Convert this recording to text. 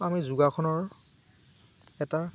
আমি যোগাসনৰ এটা